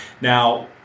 Now